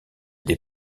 des